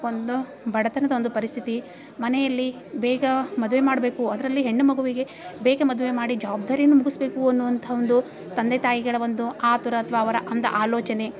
ಒಂದು ಬಡತನದ ಒಂದು ಪರಿಸ್ಥಿತಿ ಮನೆಯಲ್ಲಿ ಬೇಗ ಮದುವೆ ಮಾಡಬೇಕು ಅದರಲ್ಲಿ ಹೆಣ್ಣು ಮಗುವಿಗೆ ಬೇಗ ಮದುವೆ ಮಾಡಿ ಜವಬ್ದಾರಿ ಮುಗಿಸಬೇಕು ಅನ್ನುವಂಥ ಒಂದು ತಂದೆ ತಾಯಿಗಳ ಒಂದು ಆತುರ ಅಥ್ವಾ ಅವರ ಅಂದ ಆಲೋಚನೆ